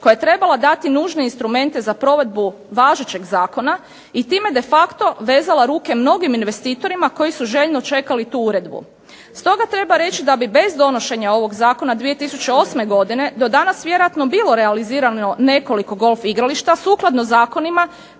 koja je trebala dati nužne instrumente za provedbu važećeg Zakona i time de facto vezala ruke mnogim investitorima koji su željno čekali tu uredbu. Stoga treba reći da bi bez donošenja ovog Zakona 2008. godine do danas vjerojatno bilo realizirano nekoliko golf igrališta, sukladno zakonima